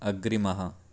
अग्रिमः